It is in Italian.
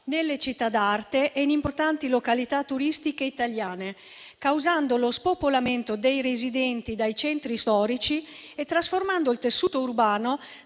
delle città d'arte e di importanti località turistiche italiane, causando lo spopolamento dei residenti dai centri storici e trasformando il tessuto urbano,